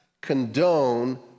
condone